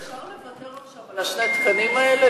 אפשר לוותר עכשיו על שני התקנים האלה,